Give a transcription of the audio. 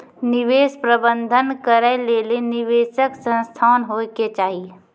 निवेश प्रबंधन करै लेली निवेशक संस्थान होय के चाहि